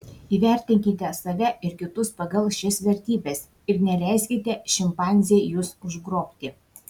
įvertinkite save ir kitus pagal šias vertybes ir neleiskite šimpanzei jus užgrobti